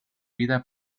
vida